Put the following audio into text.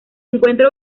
encuentra